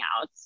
out